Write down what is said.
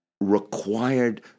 required